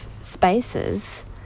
spaces